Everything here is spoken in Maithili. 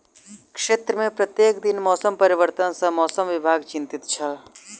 क्षेत्र में प्रत्येक दिन मौसम परिवर्तन सॅ मौसम विभाग चिंतित छल